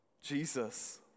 Jesus